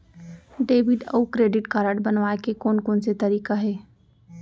Debit अऊ credit card बनवाए के कोन कोन से तरीका हे?